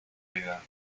vida